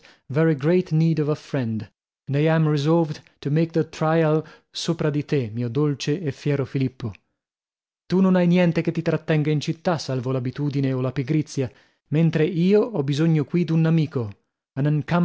sopra di te mio dolce e fiero filippo tu non hai niente che ti trattenga in città salvo l'abitudine o la pigrizia mentre io ho bisogno qui d'un amico